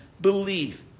believe